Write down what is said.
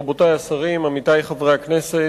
רבותי השרים, עמיתי חברי הכנסת,